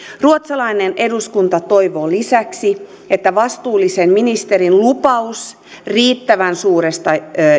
ruotsalainen eduskuntaryhmä toivoo lisäksi että vastuullisen ministerin lupaus riittävän suuresta